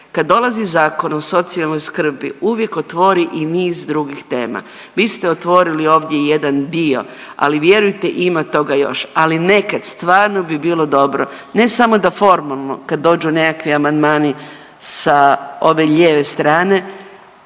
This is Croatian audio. kad dolazi Zakon o socijalnoj skrbi uvijek otvori i niz drugih tema, vi ste otvorili ovdje jedan dio, ali vjerujte ima toga još, ali nekad stvarno bi bilo dobro ne samo da formalno kad dođu nekakvi amandmani sa ove lijeve strane